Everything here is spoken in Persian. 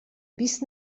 بیست